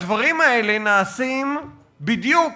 הדברים האלה נעשים בדיוק